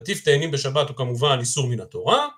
קטיף תאנים בשבת הוא כמובן איסור מן התורה.